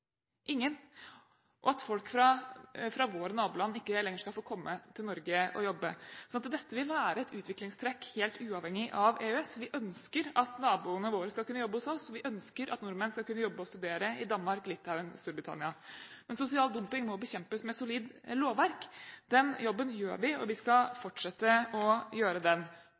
ingen – og at folk fra våre naboland ikke lenger skal få komme til Norge og jobbe. Dette vil være et utviklingstrekk helt uavhengig av EØS. Vi ønsker at naboene våre skal kunne jobbe hos oss, og vi ønsker at nordmenn skal kunne jobbe og studere i Danmark, Litauen og Storbritannia. Sosial dumping må bekjempes med solid lovverk. Den jobben gjør vi, og vi skal fortsette å gjøre den: